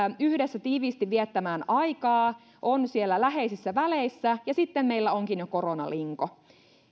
yhdessä tiiviisti viettämään aikaa ja on siellä läheisissä väleissä ja sitten meillä onkin jo koronalinko